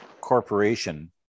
corporation